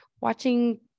watching